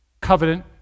covenant